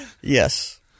Yes